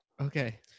Okay